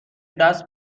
دست